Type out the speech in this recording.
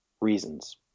reasons